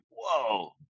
Whoa